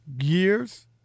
years